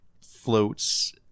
floats